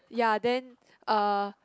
ya then uh